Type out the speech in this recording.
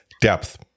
depth